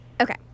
okay